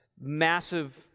massive